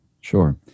Sure